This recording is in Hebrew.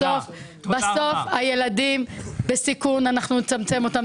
בסוף הילדים בסיכון, אנחנו נצמצם אותם.